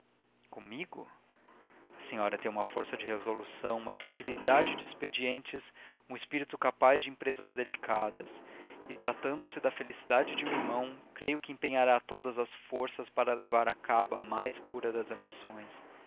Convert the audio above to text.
comigo a senhora tem uma força de resolução uma fertilidade de expedientes um espírito capaz de empresas delicadas e tratando-se da felicidade de um irmão creio que empenhará todas as forças para levar a cabo a mais pura das ambições